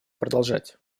продолжать